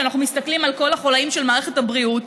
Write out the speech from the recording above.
כשאנחנו מסתכלים על כל החוליים של מערכת הבריאות,